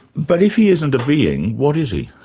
but if he isn't a being, what is he?